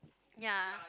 ya